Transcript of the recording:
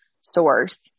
source